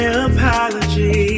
apology